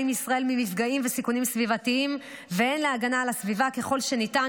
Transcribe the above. ישראל ממפגעים וסיכונים סביבתיים והן בהגנה על הסביבה ככל שניתן,